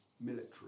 Military